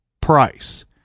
Price